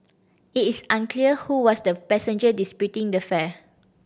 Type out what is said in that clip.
it is unclear who was the passenger disputing the fare